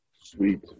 sweet